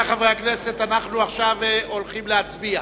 רבותי חברי הכנסת, עכשיו אנחנו הולכים להצביע.